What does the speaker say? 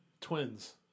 twins